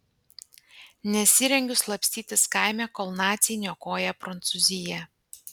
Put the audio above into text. nesirengiu slapstytis kaime kol naciai niokoja prancūziją